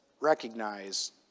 recognize